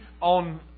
on